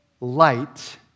light